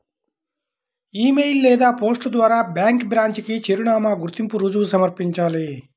ఇ mail లేదా post ద్వారా bank branch కి చిరునామా, గుర్తింపు రుజువు సమర్పించాలి